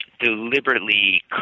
deliberately